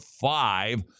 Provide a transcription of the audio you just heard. five